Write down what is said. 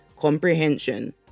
comprehension